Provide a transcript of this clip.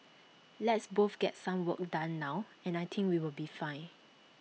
let's both get some work done now and I think we will be fine